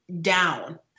down